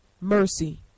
mercy